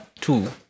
two